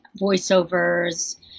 voiceovers